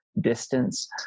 distance